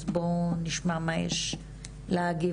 אז בואו נשמע מה יש להגיד,